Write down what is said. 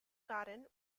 garden